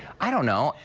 i don't know.